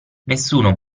nessuno